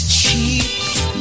cheap